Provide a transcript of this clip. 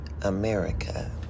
America